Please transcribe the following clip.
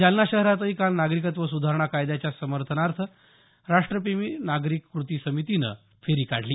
जालना शहरातही काल नागरिकत्व सुधारणा कायद्याच्या समर्थनात राष्ट्रप्रेमी नागरिक कृती समितीनं फेरी काढली